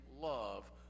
love